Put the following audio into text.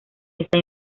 está